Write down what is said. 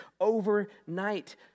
overnight